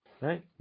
right